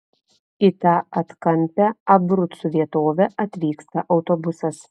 į tą atkampią abrucų vietovę atvyksta autobusas